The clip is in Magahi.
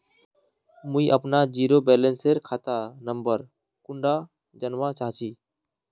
मुई अपना जीरो बैलेंस सेल खाता नंबर कुंडा जानवा चाहची?